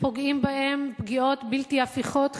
ופוגעים בהם פגיעות בלתי הפיכות,